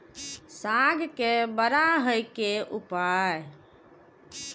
साग के बड़ा है के उपाय?